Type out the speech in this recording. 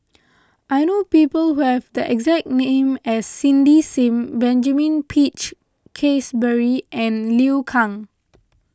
I know people who have the exact name as Cindy Sim Benjamin Peach Keasberry and Liu Kang